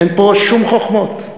אין פה שום חוכמות.